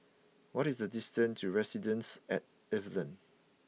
what is the distance to Residences at Evelyn